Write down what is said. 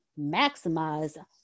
maximize